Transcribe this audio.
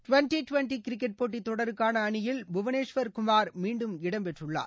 twenty twenty cricket போட்டி தொடருக்கான அணியில் புவனேஷ்வர்குமார் மீண்டும் இடம்பெற்றுள்ளார்